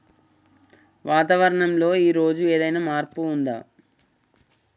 వాతావరణం లో ఈ రోజు ఏదైనా మార్పు ఉందా?